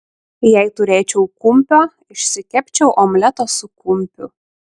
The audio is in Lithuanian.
jei turėčiau kumpio išsikepčiau omletą su kumpiu